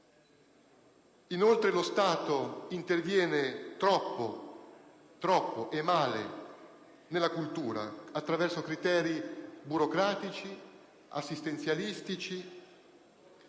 Inoltre, lo Stato interviene troppo e male nella cultura attraverso criteri burocratici, assistenzialistici